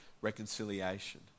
reconciliation